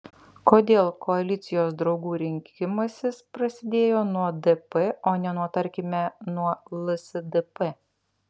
kodėl koalicijos draugų rinkimasis prasidėjo nuo dp o ne nuo tarkime nuo lsdp